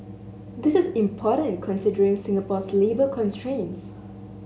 this is important considering Singapore's labour constraints